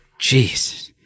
Jeez